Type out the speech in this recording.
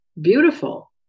Beautiful